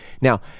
Now